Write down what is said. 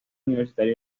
universitario